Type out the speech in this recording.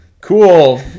cool